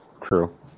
True